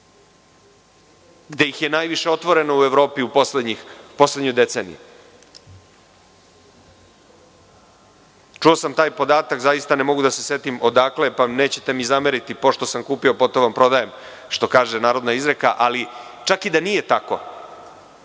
gde ih je najviše otvoreno u Evropi u poslednjoj deceniji. Čuo sam taj podatak, zaista ne mogu da se setim odakle, pa mi nećete zameriti pošto sam kupio – po tom prodajem, što kaže narodna izreka. Ali, čak i da nije tako